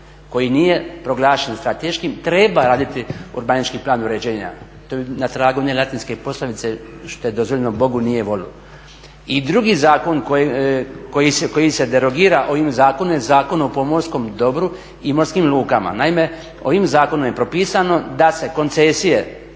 koji nije proglašen strateškim treba raditi urbanistički plan uređenja. To je na tragu one latinske poslovice što je dozvoljeno bogu, nije volu. I drugi zakon koji se derogira ovim zakonom je Zakon o pomorskom dobru i morskim lukama. Naime, ovim zakonom je propisano da se koncesije